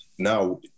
Now